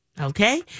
Okay